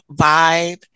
vibe